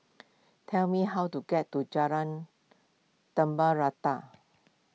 tell me how to get to Jalan Rata